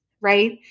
right